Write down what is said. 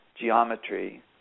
geometry